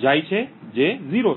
તો